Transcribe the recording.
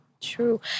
True